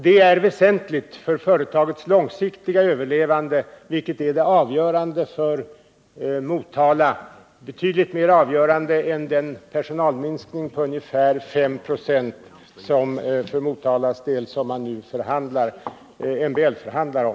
Det är väsentligt för företagets långsiktiga överlevande, vilket är det avgörande för Motala — betydligt mer avgörande än den personalminskning vid Luxor på ungefär 5 96 som man nu MBL-förhandlar om.